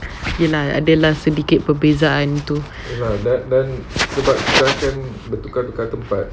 okay lah adalah sedikit perbezaan tu